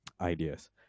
ideas